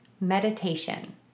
meditation